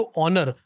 honor